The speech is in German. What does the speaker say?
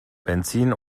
benzin